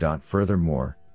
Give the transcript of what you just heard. Furthermore